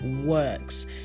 works